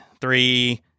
Three